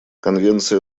конвенция